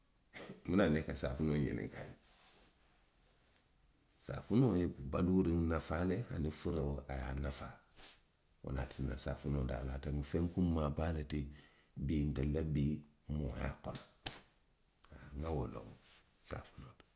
hiŋ, munaŋ na i ka saafinoo ňininkaa? Saafinoo ňiŋ ye baluuriŋo nafaa le aniŋ fureo a ye a nafaa. Wo le ye a tinna saafinoodaali ate mu feŋ kunmaa baa le ti bii, ntelu la bii mooyaa kono. haa, nŋa wo le loŋ saafinoo la kuo to.